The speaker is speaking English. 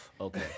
Okay